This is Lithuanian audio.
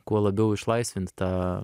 kuo labiau išlaisvint tą